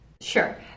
Sure